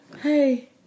hey